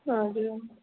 हजुर